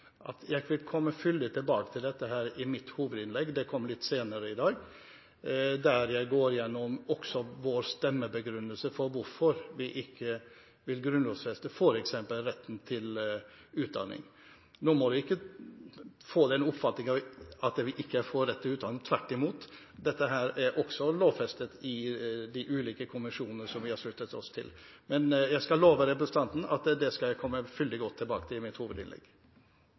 at jeg vil komme fyldig tilbake til dette i mitt hovedinnlegg – det kommer litt senere i dag – der jeg også går gjennom vår stemmebegrunnelse for hvorfor vi ikke vil grunnlovfeste f.eks. retten til utdanning. Nå må man ikke få den oppfatning at vi ikke er for rett til utdanning – tvert imot. Dette er også lovfestet i de ulike konvensjoner vi har sluttet oss til. Men jeg skal love representanten at det skal jeg komme fyldig og godt tilbake til i mitt hovedinnlegg.